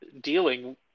dealing